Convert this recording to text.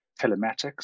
telematics